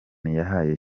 yahaye